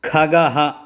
खगः